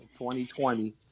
2020